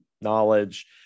knowledge